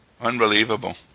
unbelievable